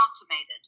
consummated